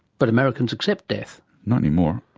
but americans accept death. not any more,